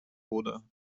oder